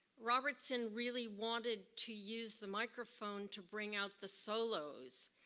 robertson really wanted to use the microphone to bring out the solos,